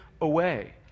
away